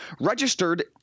registered